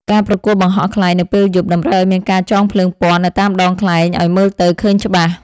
ការប្រកួតបង្ហោះខ្លែងនៅពេលយប់ តម្រូវឱ្យមានការចងភ្លើងពណ៌នៅតាមដងខ្លែងឱ្យមើលទៅឃើញច្បាស់។